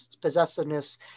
possessiveness